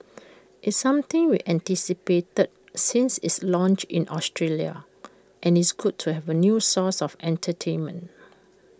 it's something we anticipated since is launched in Australia and it's good to have A new source of entertainment